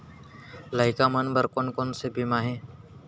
लइका मन बर कोन कोन से बीमा हे?